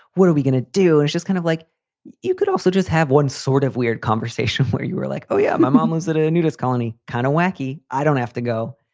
what are we going to do is just kind of like you could also just have one sort of weird conversation where you were like, oh, yeah, my mom was at a nudist colony, kind of wacky. i don't have to go,